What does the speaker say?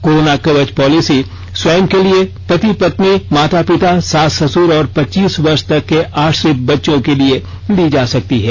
corona Kavach policy स्वयं के लिए पति पत्नी माता पिता सास ससुर और पच्चीस वर्ष तक के आश्रित बच्चों के लिए ली जा सकती है